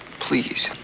please.